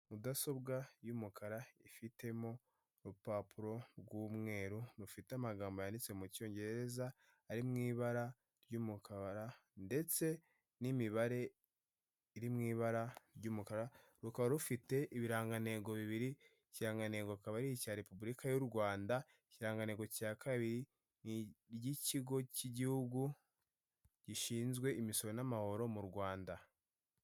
Mudasobwa y'umukara ifitemo urupapuro rw'umweru rufite amagambo yanditse mu cyongereza ari mu ibara ry'umukara ndetse n'imibare iri mu ibara ry'umukara rukaba rufite ibirangantego bibiri ikirangantego akaba ari icya repubulika y' u Rwanda, ikirangango cya kabiri ni iry'ikigo cy'igihugu gishinzwe imisoro n'amahoro mu Rwanda.